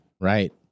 Right